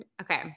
Okay